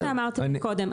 כמו שאמרתי מקודם,